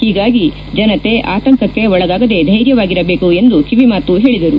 ಹೀಗಾಗಿ ಜನತೆ ಆತಂಕಕ್ಕೆ ಒಳಗಾಗದೆ ಧ್ವೆರ್ಯವಾಗಿರಬೇಕು ಎಂದು ಕಿವಿಮಾತು ಹೇಳಿದರು